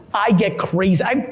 i get crazy,